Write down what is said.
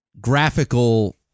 graphical